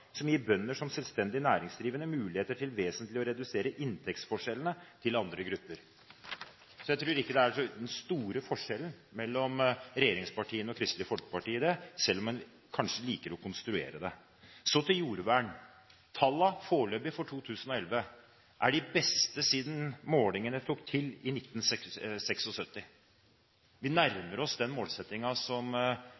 som gir bønder, som selvstendig næringsdrivende, muligheter til vesentlig å redusere inntektsforskjellene til andre grupper.» Jeg tror ikke det er den store forskjellen mellom regjeringspartiene og Kristelig Folkeparti når det gjelder dette, selv om man kanskje liker å konstruere det. Så til jordvern. De foreløpige tallene for 2011 er de beste siden målingene tok til i 1976. Vi